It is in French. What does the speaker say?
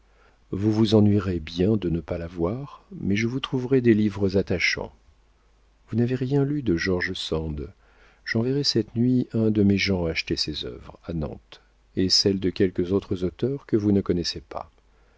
vous vous ennuierez bien de ne pas la voir mais je vous trouverai des livres attachants vous n'avez rien lu de george sand j'enverrai cette nuit un de mes gens acheter ses œuvres à nantes et celles de quelques autres auteurs que vous ne connaissez pas